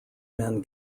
men